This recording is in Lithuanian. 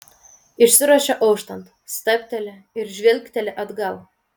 išsiruošia auštant stabteli ir žvilgteli atgal